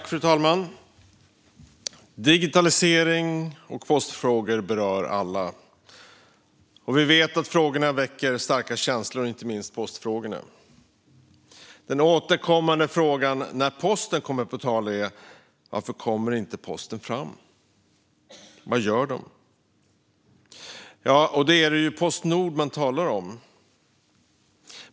Fru talman! Digitaliserings och postfrågor berör alla, och vi vet att frågorna väcker starka känslor, inte minst postfrågorna. Den återkommande frågan när posten kommer på tal är: Varför kommer inte posten fram? Vad gör de? Ja, det är Postnord man talar om.